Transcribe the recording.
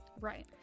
right